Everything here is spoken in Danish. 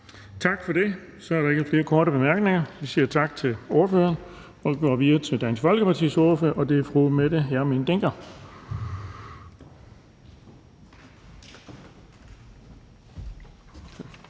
Tak for det. Så er der ikke flere korte bemærkninger. Vi siger tak til ordføreren. Så går vi videre til Nye Borgerliges ordfører, og det er fru Mette Thiesen.